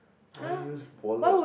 why use wallet